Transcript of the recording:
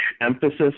emphasis